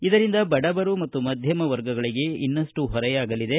ಇದರಿಂದ ಬಡವರು ಮತ್ತು ಮಧ್ಯಮ ವರ್ಗಗಳಿಗೆ ಇನ್ನಷ್ಟು ಹೊರೆಯಾಗಲಿದೆ